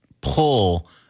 pull